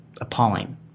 appalling